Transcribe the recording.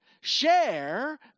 Share